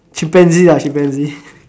chimpanzee ah chimpanzee